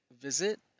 visit